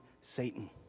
Satan